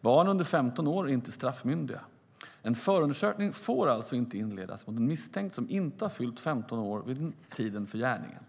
Barn under 15 år är inte straffmyndiga. En förundersökning får alltså inte inledas mot en misstänkt som inte har fyllt 15 år vid tiden för gärningen.